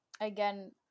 Again